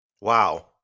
Wow